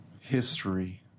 history